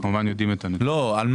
עמוד 179,